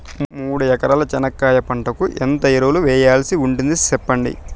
మూడు ఎకరాల చెనక్కాయ పంటకు ఎంత ఎరువులు వేయాల్సి ఉంటుంది సెప్పండి?